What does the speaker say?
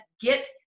get